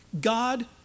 God